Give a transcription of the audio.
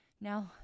Now